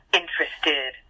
interested